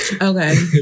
Okay